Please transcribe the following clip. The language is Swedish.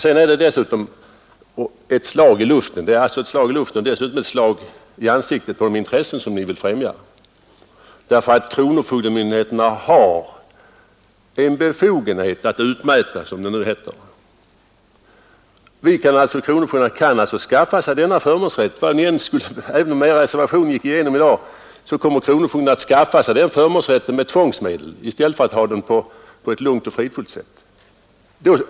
Sedan är det dessutom ett slag i luften och ett slag i ansiktet på de intressen ni vill främja, därför att kronofogdemyndigheterna har en befogenhet att utmäta, som det nu heter. Kronofogdarna kan alltså skaffa sig denna förmånsrätt. Även om er reservation går igenom i dag, kommer kronofogdarna att skaffa sig denna fördel med tvångsmedel i stället för att ha den på ett lugnt och fridfullt sätt.